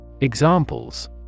Examples